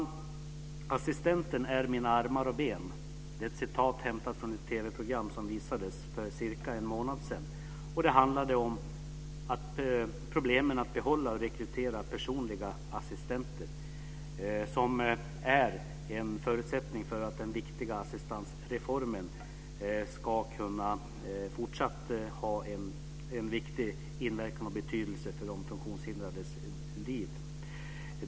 "Assistenten är mina armar och ben." Det är ett citat hämtat från ett TV-program som visades för cirka en månad sedan. Det handlade om problemen att behålla och rekrytera personliga assistenter, som är en förutsättning för att den viktiga assistansreformen fortsatt ska kunna ha en viktig inverkan på och betydelse för de funktionshindrades liv.